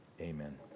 Amen